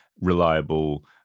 reliable